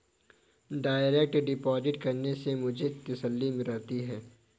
direct deposit करने से मुझे तसल्ली रहती है